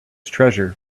treasure